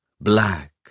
black